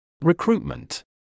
Recruitment